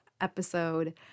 episode